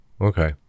Okay